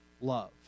love